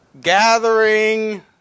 gathering